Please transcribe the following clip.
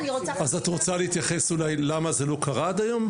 את רוצה להתייחס אולי למה זה לא קרה עד היום?